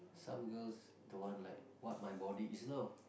some girls don't want like what my body is now